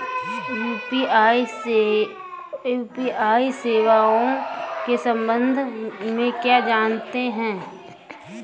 UPI सेवाओं के संबंध में क्या जानते हैं?